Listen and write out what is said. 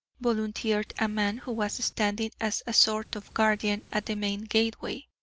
volunteered a man who was standing as a sort of guardian at the main gateway.